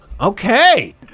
Okay